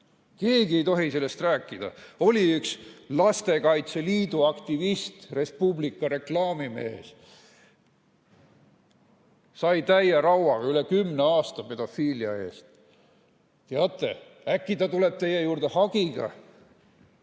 Keegi ei tohi sellest rääkida! Oli üks Lastekaitse Liidu aktivist, Res Publica reklaamimees. Sai täie rauaga, üle kümne aasta pedofiilia eest. Teate, äkki ta tuleb teie juurde hagiga,